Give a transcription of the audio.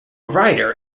rider